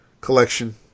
collection